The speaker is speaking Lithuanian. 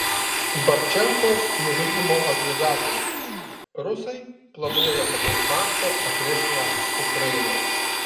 babčenkos nužudymo organizatorius rusai planuoja plataus masto agresiją ukrainoje